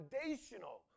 foundational